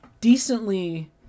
decently